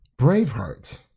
Braveheart